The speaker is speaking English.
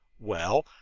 well,